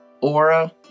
aura